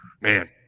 Man